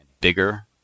Bigger